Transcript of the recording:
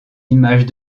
images